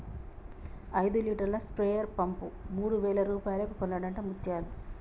ఐదు లీటర్ల sprayer pump మూడు వేల రూపాయలకు కొన్నడట ముత్యాలు